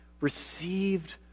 received